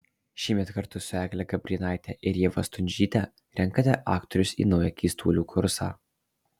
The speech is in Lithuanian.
šįmet kartu su egle gabrėnaite ir ieva stundžyte renkate aktorius į naują keistuolių kursą